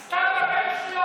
את סתם מדברת שטויות.